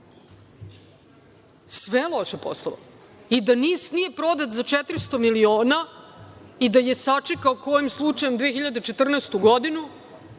je loše poslovalo. Da NIS nije prodat za 400.000.000 i da je sačekao kojim slučajem 2014. godinu